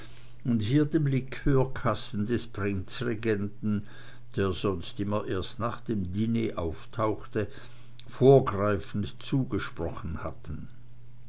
und hier dem liqueurkasten des prinzregenten der sonst immer erst nach dem diner auftauchte vorgreifend zugesprochen hatten